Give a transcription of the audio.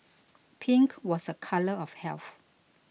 pink was a colour of health